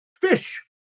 fish